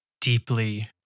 deeply